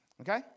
Okay